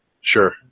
Sure